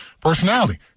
personality